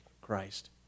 Christ